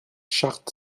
charte